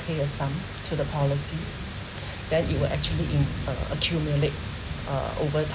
pay a sum to the policy then it will actually in uh accumulate uh over